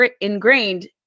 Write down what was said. ingrained